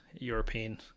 European